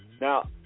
Now